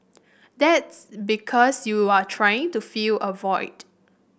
that's because you are trying to fill a void